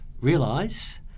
realise